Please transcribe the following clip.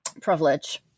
privilege